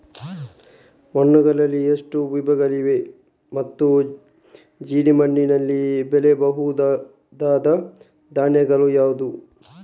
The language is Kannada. ಮಣ್ಣುಗಳಲ್ಲಿ ಎಷ್ಟು ವಿಧಗಳಿವೆ ಮತ್ತು ಜೇಡಿಮಣ್ಣಿನಲ್ಲಿ ಬೆಳೆಯಬಹುದಾದ ಧಾನ್ಯಗಳು ಯಾವುದು?